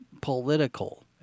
Political